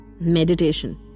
Meditation